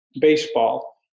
baseball